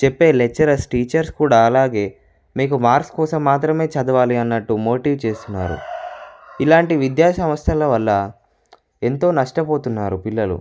చెప్పే lecturers teachers కూడా అలాగే మీకు మార్స్క్ కోసం మాత్రమే చదవాలి అన్నట్టు మోటివ్ చేస్తున్నారు ఇలాంటి విద్యా సంస్థల వల్ల ఎంతో నష్టపోతున్నారు పిల్లలు